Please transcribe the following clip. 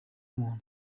muntu